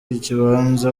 ikibanza